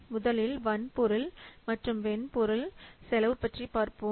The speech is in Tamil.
முதலில் வன்பொருள் மற்றும் மென்பொருள் செலவு பற்றி பார்ப்போம்